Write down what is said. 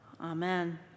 Amen